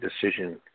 decision